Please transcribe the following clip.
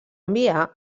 enviar